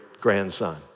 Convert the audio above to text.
grandson